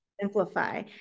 Simplify